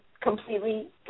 completely